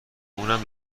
اونم